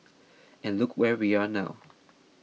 and look where we are now